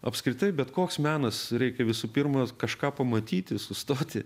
apskritai bet koks menas reikia visų pirma kažką pamatyti sustoti